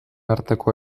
arteko